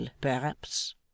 perhaps